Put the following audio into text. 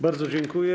Bardzo dziękuję.